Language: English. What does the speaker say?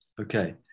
Okay